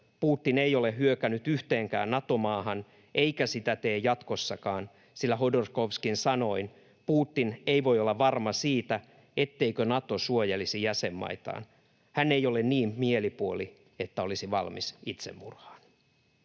Putin ei ole hyökännyt yhteenkään Nato-maahan eikä sitä tee jatkossakaan, sillä Hodorkovskin sanoin: ”Putin ei voi olla varma siitä, etteikö Nato suojelisi jäsenmaitaan. Hän ei ole niin mielipuoli, että olisi valmis itsemurhaan.”